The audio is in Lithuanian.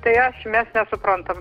tai aš mes suprantam